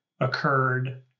occurred